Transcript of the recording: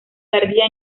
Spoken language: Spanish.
tardía